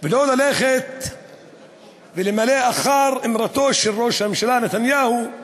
ולא ללכת ולמלא אחר אמרתו של ראש הממשלה בנימין נתניהו,